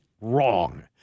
wrong